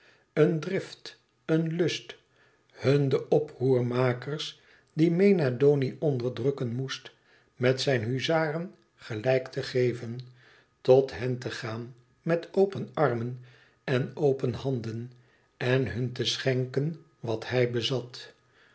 een drift een lust hun den oproermakers die mena doni onderdrukken moest met zijne huzaren gelijk te geven tot hen te gaan met open armen en open handen en hun te schenken wat hij bezat